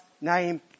name